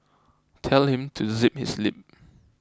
tell him to zip his lip